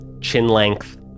chin-length